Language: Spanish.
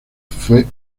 fue